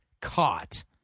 caught